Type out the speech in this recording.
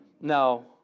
No